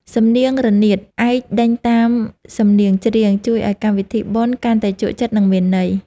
សំនៀងរនាតឯកដេញតាមសំនៀងច្រៀង ជួយឱ្យកម្មវិធីបុណ្យកាន់តែជក់ចិត្ត និងមានន័យ។